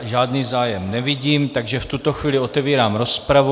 Žádný zájem nevidím, takže v tuto chvíli otevírám rozpravu.